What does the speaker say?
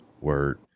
Word